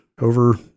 over